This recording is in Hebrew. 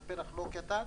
זה פלח לא קטן.